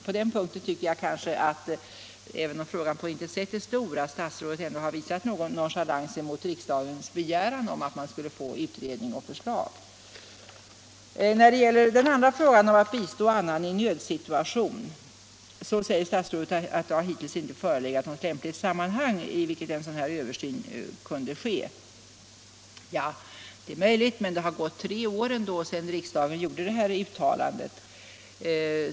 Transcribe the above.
Men även om frågan inte är stor tycker jag ändå att statsrådet har visat någon nonchalans mot riksdagens begäran att företa en utredning och framlägga förslag. Sedan har vi frågan om att bistå annan i nödsituation. Där säger herr statsrådet att det hittills inte har funnits något lämpligt sammanhang i vilket en sådan översyn kunde göras. Ja, det är möjligt. Men tre år har ändå gått sedan riksdagen gjorde detta uttalande.